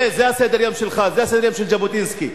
זה סדר-היום של ז'בוטינסקי.